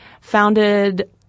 founded